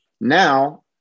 Now